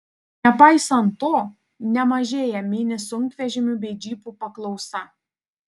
nepaisant to nemažėja mini sunkvežimių bei džipų paklausa